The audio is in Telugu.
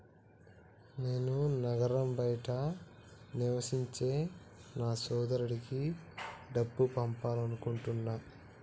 నేను నగరం బయట నివసించే నా సోదరుడికి డబ్బు పంపాలనుకుంటున్నా